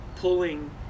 pulling